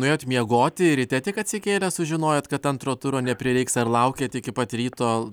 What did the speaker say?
nuėjot miegoti ir ryte tik atsikėlęs sužinojot kad antro turo neprireiks ar laukėt iki pat ryto